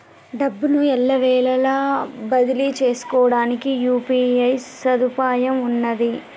డబ్బును ఎల్లవేళలా బదిలీ చేసుకోవడానికి యూ.పీ.ఐ సదుపాయం ఉన్నది